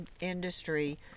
industry